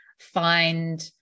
find